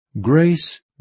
Grace